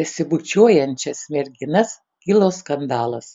besibučiuojančias merginas kilo skandalas